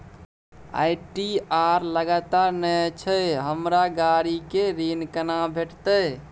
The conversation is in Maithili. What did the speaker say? आई.टी.आर लगातार नय छै हमरा गाड़ी के ऋण केना भेटतै?